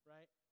Right